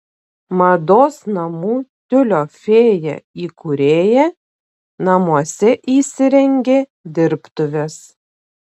mados namų tiulio fėja įkūrėja namuose įsirengė dirbtuves